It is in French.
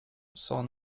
son